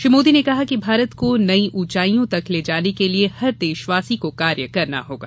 श्री मोदी ने कहा कि भारत को नई उचाइयों तक ले जाने के लिए हर देशवासी को कार्य करना होगा